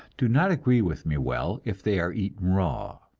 do not agree with me well if they are eaten raw,